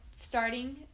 starting